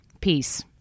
peace